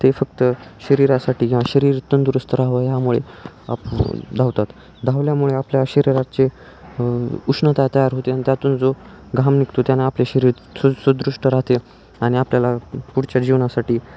ते फक्त शरीरासाठी किवा शरीर तंदुरुस्त राहावं ह्यामुळे आप धावतात धावल्यामुळे आपल्या शरीराातचे उष्णता तयार होते अन त्यातून जो घाम निघतो त्याना आपले शरीर सु सुदृष्ट राहते आणि आपल्याला पुढच्या जीवनासाठी